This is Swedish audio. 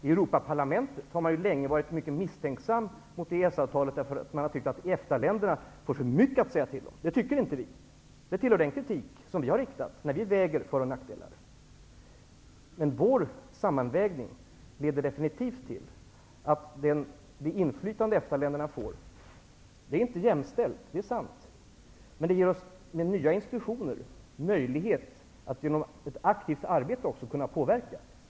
I Europaparlamentet har man länge varit mycket misstänksam mot EES avtalet, därför att man har tyckt att EFTA-länderna får för mycket att säga till om. Det tycker inte vi, och det tillhör den kritik som vi har framfört när vi har vägt för och nackdelar. Vår sammanvägning leder definitivt till att det inflytande EFTA-länderna får inte är jämställt, det är sant, men det ger oss -- med nya institutioner -- möjlighet att genom ett aktivt arbete också påverka.